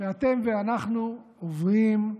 שאתם ואנחנו עוברים,